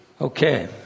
Okay